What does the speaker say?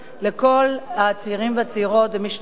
הצעירים והצעירות ולמי שתורמים למדינה.